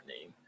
name